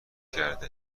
کرده